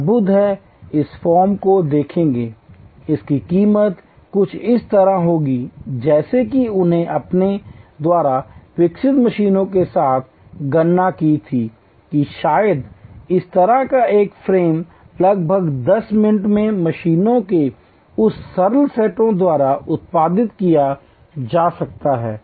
अद्भुत है इस फ्रेम को देखें इसकी कीमत कुछ इस तरह होगी जैसे कि उन्होंने अपने द्वारा विकसित मशीनों के साथ गणना की थी कि शायद इस तरह का एक फ्रेम लगभग 10 मिनट में मशीनों के उन सरल सेटों द्वारा उत्पादित किया जा सकता है